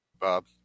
Bob